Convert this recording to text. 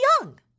young